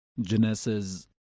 Genesis